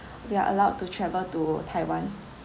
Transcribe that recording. we are allowed to travel to taiwan